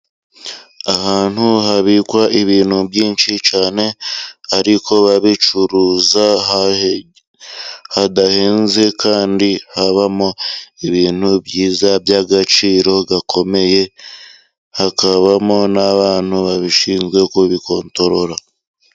Ahantu habikwa ibintu byinshi cyane. Ariko babicuruza hadahenze kandi habamo ibintu byiza by'agaciro gakomeye hakabamo n'abantu babishinzwe kubigenzura.